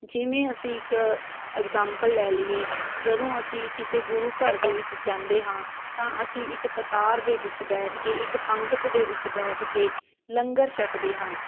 ਜਿਵੇਂ ਅਸੀਂ ਇੱਕ ਐਗਜਾਮਪਲ ਲੈ ਲਈਏ ਜਦੋਂ ਅਸੀਂ ਕਿਸੇ ਗੁਰੂ ਘਰ ਦੇ ਵਿੱਚ ਜਾਂਦੇ ਹਾਂ ਤਾਂ ਅਸੀਂ ਇੱਕ ਕਤਾਰ ਦੇ ਵਿੱਚ ਬੈਠ ਕੇ ਇੱਕ ਪੰਗਤ ਦੇ ਵਿੱਚ ਬੈਠ ਕੇ ਲੰਗਰ ਛਕਦੇ ਹਾਂ